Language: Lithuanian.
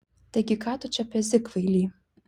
taigi ką tu čia pezi kvaily